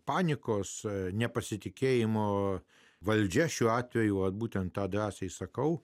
panikos nepasitikėjimo valdžia šiuo atveju būtent tą drąsiai sakau